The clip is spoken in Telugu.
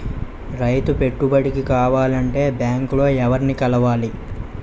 రైతు పెట్టుబడికి కావాలంటే బ్యాంక్ లో ఎవరిని కలవాలి?